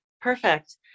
Perfect